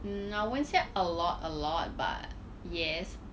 mm I won't say a lot a lot but yes